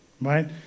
Right